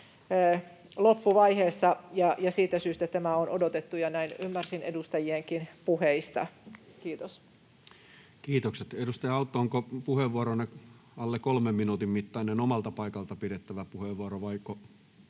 loppuvaiheessa, ja siitä syystä tämä on odotettu, ja näin ymmärsin edustajienkin puheista. — Kiitos. Kiitokset. — Edustaja Autto, onko puheenvuoronne alle 3 minuutin mittainen omalta paikalta pidettävä puheenvuoro?